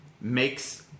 makes